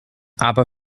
aber